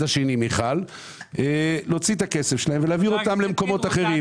השני להוציא את הכסף שלהם ולהעביר אותו למקומות אחרים.